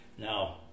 now